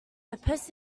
supposed